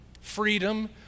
Freedom